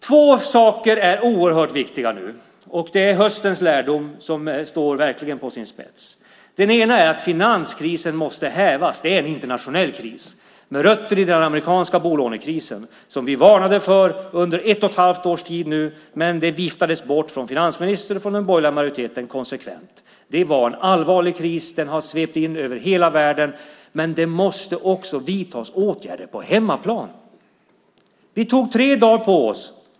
Två saker är oerhört viktiga nu. Det är höstens lärdom som verkligen står på sin spets. Den ena är att finanskrisen måste hävas. Det är en internationell kris med rötter i den amerikanska bolånekrisen som vi varnade för under ett och ett halvt års tid men som konsekvent viftades bort av finansministern och den borgerliga majoriteten. Det var en allvarlig kris, och den har svept in över hela världen. Den andra saken är att det också måste vidtas åtgärder på hemmaplan.